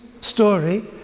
story